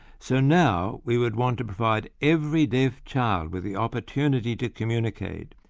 so now we would want to provide every deaf child with the opportunity to communicate,